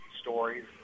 stories